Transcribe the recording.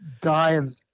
dying